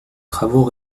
travaux